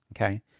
Okay